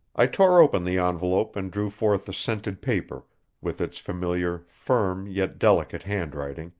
i tore open the envelope and drew forth the scented paper with its familiar, firm, yet delicate handwriting,